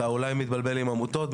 אתה אולי מתבלבל עם עמותות,